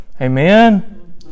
Amen